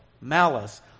Malice